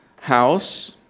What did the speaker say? house